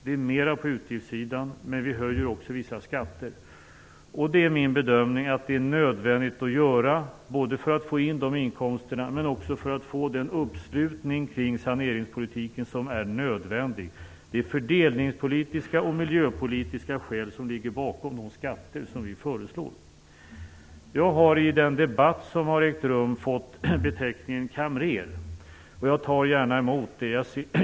Det är mer på utgiftssidan, men vi höjer också vissa skatter. Min bedömning är att det är nödvändigt, både för att få inkomsterna men också för att få den uppslutning kring saneringspolitiken som är nödvändig. Det är fördelningspolitiska och miljöpolitiska skäl som ligger bakom de skatter som vi föreslår. Jag har i den debatt som har ägt rum fått beteckningen kamrer, och jag tar gärna emot den.